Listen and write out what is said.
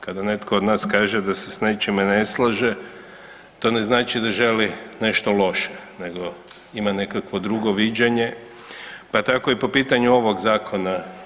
Kada netko od nas kaže da se s nečime ne slaže, to ne znači da želi nešto loše, nego ima nekakvo drugo viđenje, pa tako i po pitanju ovog Zakona.